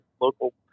local